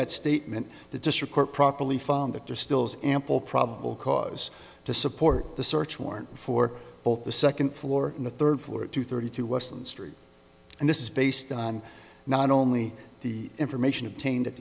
that statement the district court properly found that distills ample probable cause to support the search warrant for both the second floor and the third floor at two thirty two west of the street and this is based on not only the information obtained